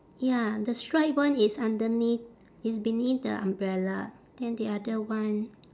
ya the stripe one is underneath it's beneath the umbrella then the other one